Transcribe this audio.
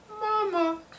Mama